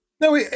No